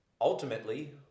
ultimately